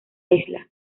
isla